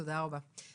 תודה רבה.